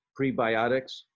prebiotics